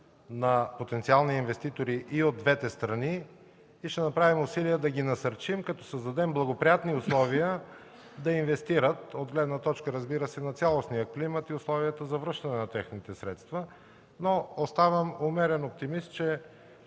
на потенциални инвеститори от двете страни и ще направим усилия да ги насърчим, като създадем благоприятни условия да инвестират от гледна точка на цялостния климат и условията за връщане на техните средства. Оставам умерен оптимист, че